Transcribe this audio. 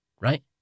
right